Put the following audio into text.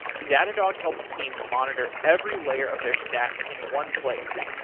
datadog helps teams monitor every layer of their stack in one place.